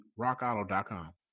RockAuto.com